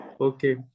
okay